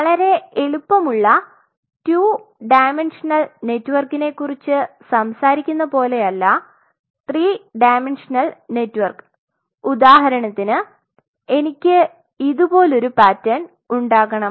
വളരെ എളുപ്പമുള്ള 2 D നെറ്വർക്കിനെ കുറിച് സംസാരിക്കുന്നപോലല്ല 3 ഡയമെൻഷനൽ നെറ്വർക്ക് ഉദാഹരണത്തിന് എനിക്ക് ഇതുപോലൊരു പാറ്റേൺ ഉണ്ടാകണം